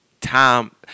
time